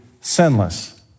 sinless